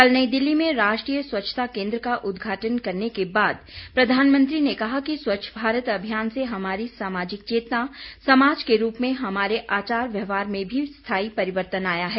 कल नई दिल्ली में राष्ट्रीय स्वच्छता केन्द्र का उदघाटन करने के बाद प्रधानमंत्री ने कहा कि स्वच्छ भारत अभियान से हमारी सामाजिक चेतना समाज के रूप में हमारे आचार व्यवहार में भी स्थायी परिवर्तन आया है